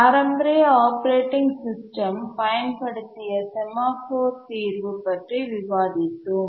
பாரம்பரிய operating system பயன்படுத்திய semaphore தீர்வு பற்றி விவாதித்தோம்